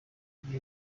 gihe